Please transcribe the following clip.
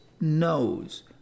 knows